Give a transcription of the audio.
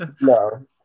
No